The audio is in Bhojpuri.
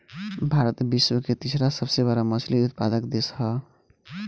भारत विश्व के तीसरा सबसे बड़ मछली उत्पादक देश ह